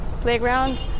playground